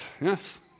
yes